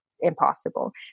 impossible